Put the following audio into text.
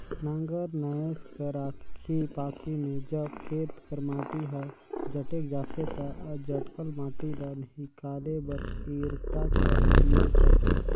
नांगर नाएस कर आखी पाखी मे जब खेत कर माटी हर जटेक जाथे ता जटकल माटी ल हिकाले बर इरता कर उपियोग करथे